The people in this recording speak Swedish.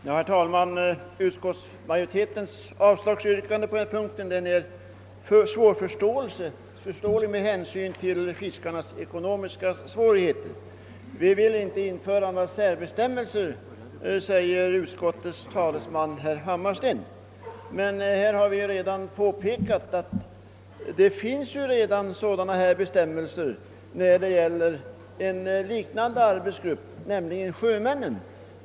Herr talman! Utskottsmajoritetens avslagsyrkande på den här punkten är svårförståeligt med hänsyn till fiskarnas ekonomiska svårigheter. Vi vill inte införa några särbestämmelser, säger utskottets talesman, herr Hammarsten, men det finns redan — som vi påpekat — sådana bestämmelser för en likartad arbetsgrupp, nämligen sjömännen.